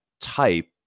type